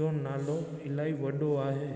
जो नालो इलाही वॾो आहे